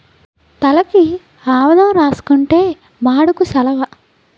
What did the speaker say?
తలకి ఆవదం రాసుకుంతే మాడుకు సలవ